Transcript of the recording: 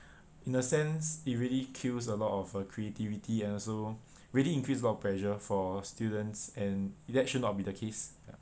in a sense it really kills a lot of uh creativity and also really increase a lot of pressure for students and that should not be the case